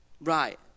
Right